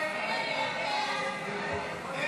הסתייגות 14 לא